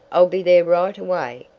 i'll be there right away.